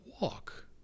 walk